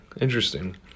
Interesting